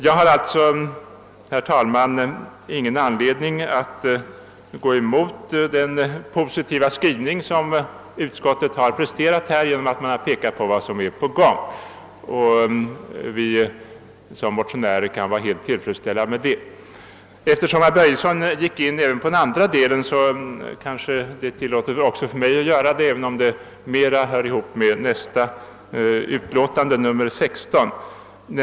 Jag har alltså, herr talman, ingen anledning att gå emot den positiva skrivning som utskottet har presterat genom att peka på vad som är på gång. Vi motionärer kan vara helt tillfredsställda härmed. =:| Eftersom herr Börejsson i Falköping tog upp också den andra delen av denna fråga, är det kanske tillåtet även för mig att beröra den saken; även om den mer hör samman med den fråga som behandlas i nästa utlåtande — jordbruksutskottets utlåtande nr 16.